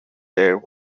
there